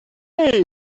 away